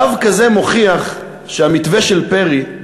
דווקא זה מוכיח שהמתווה של פרי,